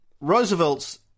Roosevelt's